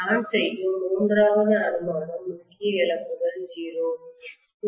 நான் செய்யும் மூன்றாவது அனுமானம் முக்கிய இழப்புகள் 0